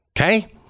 okay